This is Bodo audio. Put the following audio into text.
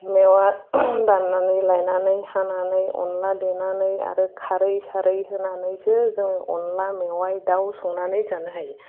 मेवा दाननानै लायनानै हांनानै अनला देनानै आरो खारै सारै होनानैसो जों अनला मेवाय दाउ संनानै जानो हायो